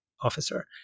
officer